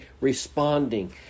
responding